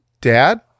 dad